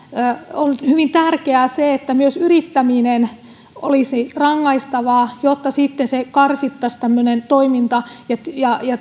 on hyvin tärkeää se että myös yrittäminen olisi rangaistavaa jotta sitten karsittaisiin tämmöinen toiminta ja ja